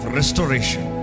restoration